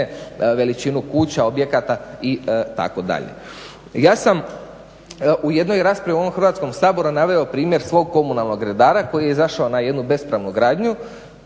veličinu kuća, objekata itd. Ja sam u jednoj raspravi u ovom Hrvatskom saboru naveo primjer svog komunalnog redara koji je izašao na jednu bespravnu gradnju,